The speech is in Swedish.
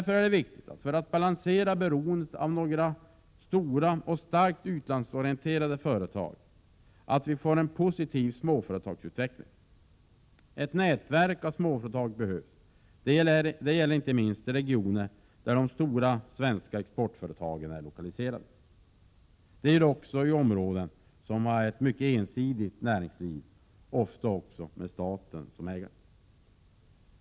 För att balansera beroendet av några stora och starkt utlandsorienterade företag är det viktigt att få en positiv småföretagsutveckling. Ett nätverk av småföretag behövs. Detta gäller inte minst i regioner där de stora svenska exportföretagen är lokaliserade. Det gäller också i områden som har ett ensidigt näringsliv — ofta med staten som ägare.